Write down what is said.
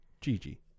Gigi